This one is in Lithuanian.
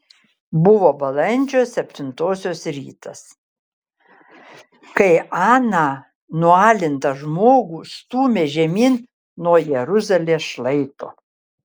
buvo balandžio septintosios rytas kai aną nualintą žmogų stūmė žemyn nuo jeruzalės šlaito